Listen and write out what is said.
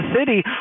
City